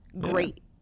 great